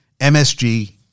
MSG